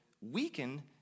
weaken